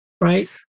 right